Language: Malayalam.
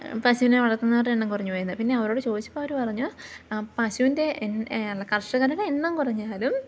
പശുവിനെ വളർത്തുന്നവരുടെ എണ്ണം കുറഞ്ഞു പോയിയെന്നു പിന്നെ അവരോട് ചോദിച്ചപ്പോൾ അവർ പറഞ്ഞു പശുവിൻ്റെ എ കർഷകരുടെ എണ്ണം കുറഞ്ഞാലും